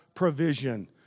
provision